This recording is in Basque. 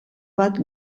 bat